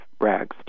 Rags